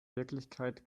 wirklichkeit